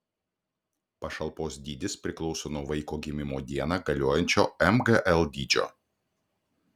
pašalpos dydis priklauso nuo vaiko gimimo dieną galiojančio mgl dydžio